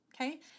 okay